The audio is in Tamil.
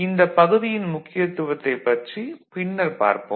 இந்த பகுதியின் முக்கியத்துவத்தைப் பற்றி பின்னர் பார்ப்போம்